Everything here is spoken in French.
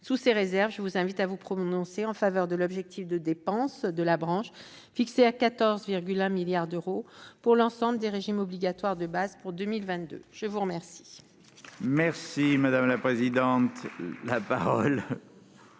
mes chers collègues, je vous invite à vous prononcer en faveur de l'objectif de dépenses de la branche, fixé à 14,1 milliards d'euros pour l'ensemble des régimes obligatoires de base pour 2022. La parole